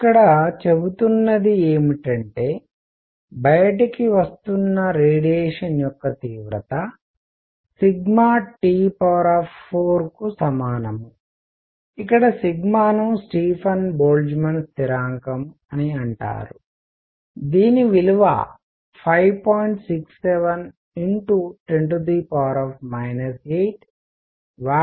ఇక్కడ చెబుతున్నది ఏమిటంటే బయటికి వస్తున్న రేడియేషన్ యొక్క తీవ్రత T4కు సమానం ఇక్కడ సిగ్మాను స్టీఫన్ బోల్ట్జ్మాన్ స్థిరాంకం అని అంటారు దీని విలువ 5